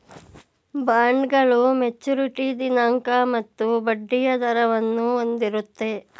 ಬಾಂಡ್ಗಳು ಮೆಚುರಿಟಿ ದಿನಾಂಕ ಮತ್ತು ಬಡ್ಡಿಯ ದರವನ್ನು ಹೊಂದಿರುತ್ತೆ